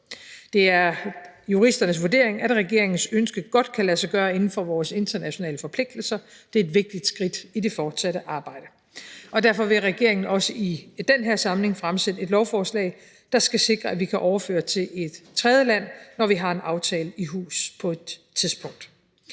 Det er juristernes vurdering, at regeringens ønske godt kan lade sig gøre inden for vores internationale forpligtelser. Det er et vigtigt skridt i det fortsatte arbejde. Og derfor vil regeringen også i den her samling fremsætte et lovforslag, der skal sikre, at vi kan overføre til et tredjeland, når vi har en aftale i hus på et tidspunkt.